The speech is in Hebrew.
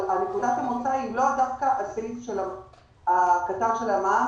אבל נקודת המוצא היא לא דווקא הקטר של המע"מ,